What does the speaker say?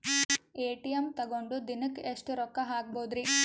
ATM ತಗೊಂಡ್ ದಿನಕ್ಕೆ ಎಷ್ಟ್ ರೊಕ್ಕ ಹಾಕ್ಬೊದ್ರಿ?